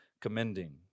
commending